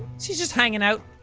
she's just hanging out.